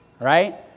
Right